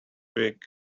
week